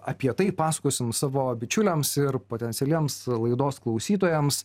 apie tai pasakosim savo bičiuliams ir potencialiems laidos klausytojams